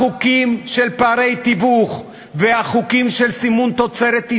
בגלל שהחקלאים והחקלאות יותר חשובים ממני